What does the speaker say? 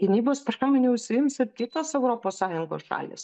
gynybos pramone užsiims ir kitos europos sąjungos šalys